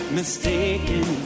Mistaken